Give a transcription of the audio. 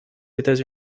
états